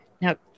now